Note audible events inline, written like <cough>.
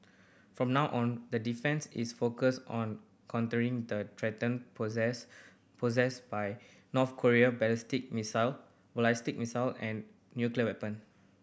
for now on that defence is focused on countering the threat posed posed by North Korean ballistic missile <unintelligible> missile and nuclear weapon